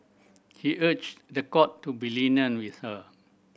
he urged the court to be lenient with her